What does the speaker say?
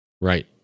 right